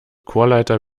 chorleiter